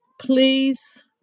please